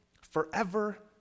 forever